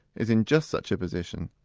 is in just such a position.